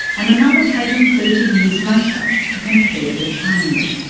and another taken thirty years later to compare the change.